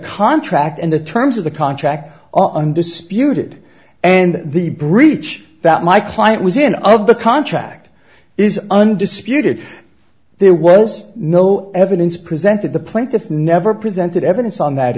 contract and the terms of the contract all undisputed and the breach that my client was in of the contract is undisputed there was no evidence presented the plaintiff never presented evidence on that